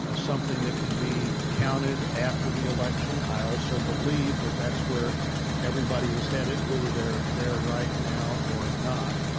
ah something that can be counted after the election. i also believe that that's where everybody is headed, whether they're there right now or not.